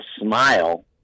smile